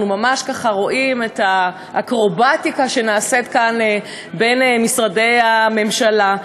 אנחנו ממש ככה רואים את האקרובטיקה שנעשית כאן בין משרדי הממשלה.